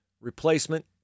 replacement